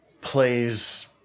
plays